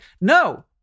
no